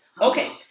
Okay